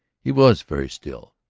he was very still.